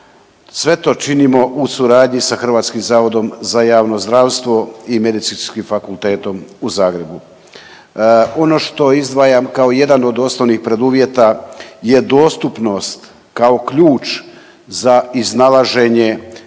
sve to činimo u suradnji sa HZJZ i Medicinskim fakultetom u Zagrebu. Ono što izdvajam kao jedan od osnovnih preduvjeta je dostupnost kao ključ za iznalaženje